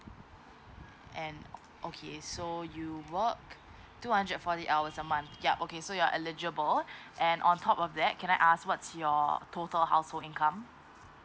and okay so you work two hundred forty hours a month ya okay so you're eligible and on top of that can I ask what's your total household income